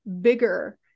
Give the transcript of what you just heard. bigger